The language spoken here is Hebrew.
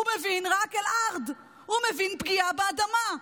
הוא מבין רק אל-ארד, הוא מבין פגיעה באדמה.